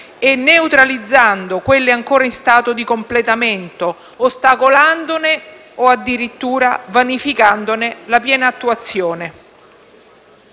e neutralizzando quelle ancora in stato di completamento, ostacolandone o addirittura vanificandone la piene attuazione;